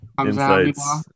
Insights